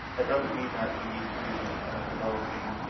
that doesn't mean that we need to be developing